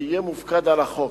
שיהיה מופקד על החוק.